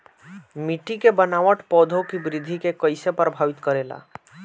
मिट्टी के बनावट पौधों की वृद्धि के कईसे प्रभावित करेला?